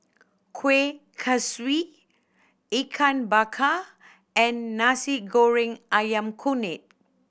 Kuih Kaswi Ikan Bakar and Nasi Goreng Ayam Kunyit